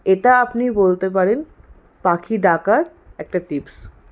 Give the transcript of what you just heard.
এটা আপনি বলতে পারেন পাখি ডাকার একটা টিপস